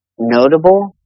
Notable